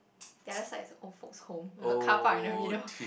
the other side is a old folk's home with a carpark in the middle